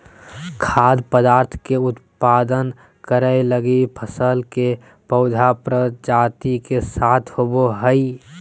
खाद्य पदार्थ के उत्पादन करैय लगी फसल के पौधा प्रजाति के साथ होबो हइ